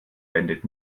wendet